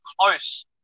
close